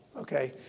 okay